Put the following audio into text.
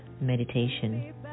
Meditation